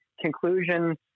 conclusion